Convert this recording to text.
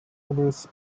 numerous